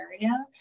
area